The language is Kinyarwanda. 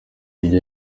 nibwo